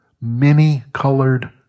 many-colored